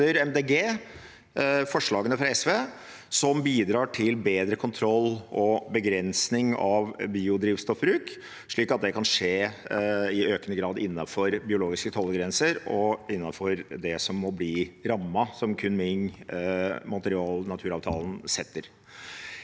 De Grønne forslagene fra SV som bidrar til bedre kontroll og begrensning av biodrivstoffbruk, slik at det kan skje i økende grad innenfor biologiske tålegrenser og innenfor det som må bli rammen som settes av Kunming–Montreal-rammeverket,